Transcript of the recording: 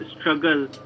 struggle